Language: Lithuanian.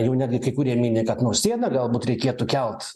jau netgi kai kurie mini kad nausėda galbūt reikėtų kelt